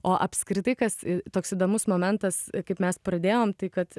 o apskritai kas toks įdomus momentas kaip mes pradėjom tai kad